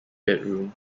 bedroom